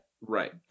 Right